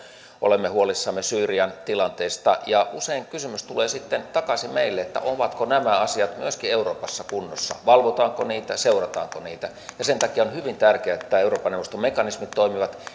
olemme huolissamme syyrian tilanteesta ja usein kysymys tulee sitten takaisin meille ovatko nämä asiat myöskin euroopassa kunnossa valvotaanko niitä seurataanko niitä sen takia on hyvin tärkeää että nämä euroopan neuvoston mekanismit toimivat ja